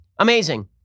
Amazing